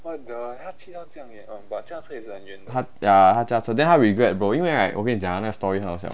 他 ya 他驾车 then 他 regret bro 因为 right 我跟你讲啊那个 story 很好笑